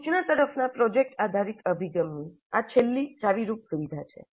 સૂચના તરફનાં પ્રોજેક્ટ આધારિત અભિગમની આ છેલ્લી ચાવીરૂપ સુવિધા છે